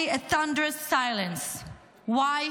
Me Too,